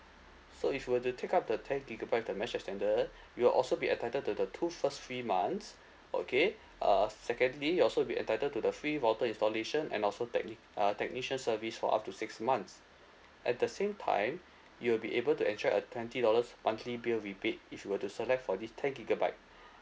so if will to take up the ten gigabyte with the mesh extender you will also be attended to the two first free months okay uh secondly you also be entitled to the free router installation and also technic~ uh technician service for up to six months at the same time you will be able to enjoy a twenty dollars monthly bill rebate if you will to select for this ten gigabyte